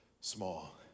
small